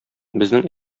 безнең